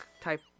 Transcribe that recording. type